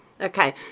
okay